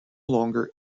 longer